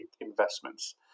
investments